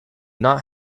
not